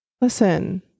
Listen